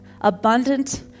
abundant